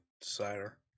sire